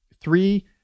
Three